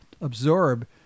absorb